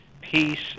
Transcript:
peace